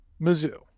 mizzou